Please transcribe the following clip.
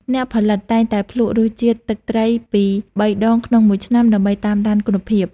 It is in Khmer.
អ្នកផលិត តែងតែភ្លក់រសជាតិទឹកត្រីពីរបីដងក្នុងមួយឆ្នាំដើម្បីតាមដានគុណភាព។